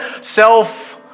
self